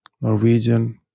Norwegian